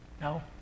No